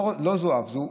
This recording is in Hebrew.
לא זו אף זו,